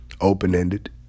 open-ended